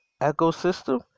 ecosystem